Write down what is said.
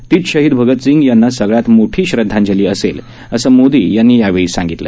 तीच शहीद भगतसिंग यांना सगळ्यात मोठी श्रदधांजली असेल असं मोदी यांनी यावेळी सांगितलं